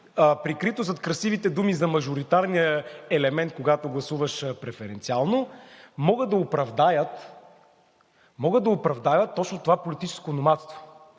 прикрито зад красивите думи за мажоритарния елемент, когато гласуваш преференциално, могат да оправдаят точно това политическо номадство.